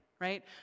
right